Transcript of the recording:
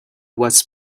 was